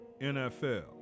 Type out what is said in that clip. NFL